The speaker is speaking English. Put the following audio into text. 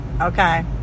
Okay